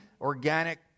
organic